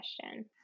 question